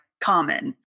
common